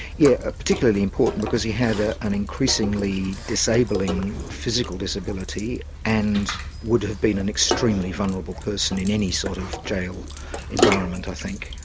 yeah ah particularly important, because he had ah an increasingly disabling physical disability and would have been an extremely vulnerable person in any sort of jail environment i think.